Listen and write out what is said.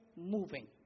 moving